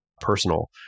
personal